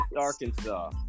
Arkansas